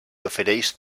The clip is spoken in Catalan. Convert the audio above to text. ofereix